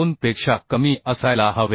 2 पेक्षा कमी असायला हवे